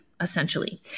essentially